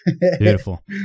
Beautiful